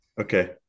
Okay